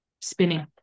spinning